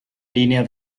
linea